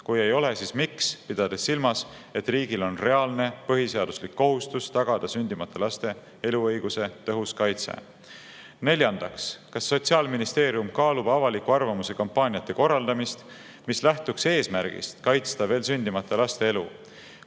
Kui ei ole, siis miks, pidades silmas, et riigil on reaalne põhiseaduslik kohustus tagada sündimata laste eluõiguse tõhus kaitse?" Neljandaks: "Kas Sotsiaalministeerium kaalub avaliku arvamuse kampaaniate korraldamist, mis lähtuks eesmärgist kaitsta veel sündimata laste elu?